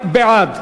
בעד,